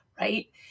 right